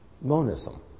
monism